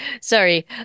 sorry